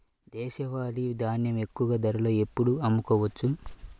దేశవాలి ధాన్యం ఎక్కువ ధరలో ఎప్పుడు అమ్ముకోవచ్చు?